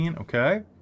okay